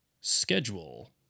schedule